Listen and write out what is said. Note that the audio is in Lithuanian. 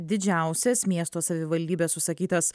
didžiausias miesto savivaldybės užsakytas